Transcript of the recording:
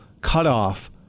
cutoff